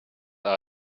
are